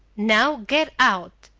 now, get out!